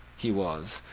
he was,